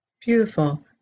beautiful